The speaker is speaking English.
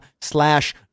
slash